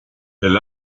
elle